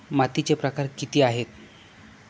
मातीचे प्रकार किती आहेत?